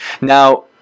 Now